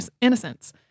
innocence